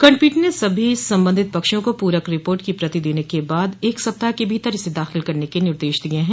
खंडपीठ ने सभी संबंधित पक्षों को पूरक रिपोर्ट की प्रति देने के बाद एक सप्ताह के भीतर इसे दाखिल करने के निर्देश दिए हैं